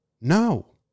No